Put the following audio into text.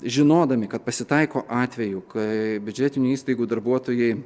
žinodami kad pasitaiko atvejų kai biudžetinių įstaigų darbuotojai